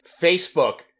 Facebook